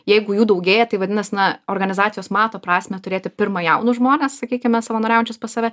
jeigu jų daugėja tai vadinas na organizacijos mato prasmę turėti pirma jaunus žmones sakykime savanoriaujančius pas save